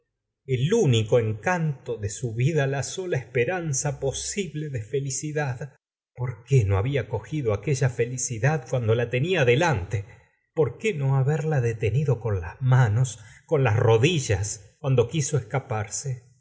el único encanto de su vida la sola esperanza posible de felicidad por qué no había cogido aquella felicidad cuando la tenía delante porqué no haberla detenido con las manos con las rodillas cuando quiso escaparse